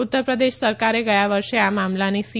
ઉત્તર પ્રદેશ સરકારે ગયા વર્ષે આ મામલાની સી